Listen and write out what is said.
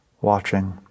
watching